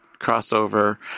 crossover